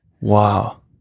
Wow